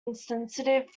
incentives